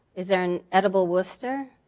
is there an edible lister?